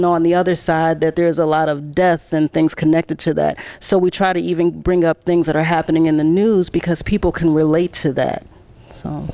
know on the other side that there is a lot of death and things connected to that so we try to even bring up things that are happening in the news because people can relate to that